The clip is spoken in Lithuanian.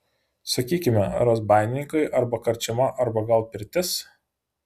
sakykime razbaininkai arba karčiama arba gal pirtis